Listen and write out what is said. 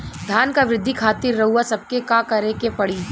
धान क वृद्धि खातिर रउआ सबके का करे के पड़ी?